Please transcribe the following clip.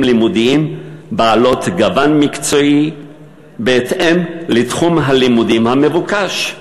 לימודיים בעלי גוון מקצועי בהתאם לתחום הלימודים המבוקש.